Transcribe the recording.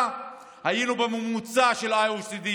מה שלא הצלחתם לעשות,